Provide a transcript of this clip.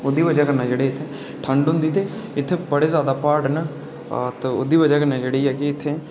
ओह्दी बजह कन्नै इत्थै ठंड होंदी ते इत्थें बड़े जादा प्हाड़ न ते ओह्दी बजह् कन्नै जेह्ड़ी ऐ इत्थें